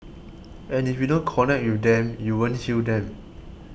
and if you don't connect with them you won't heal them